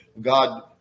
God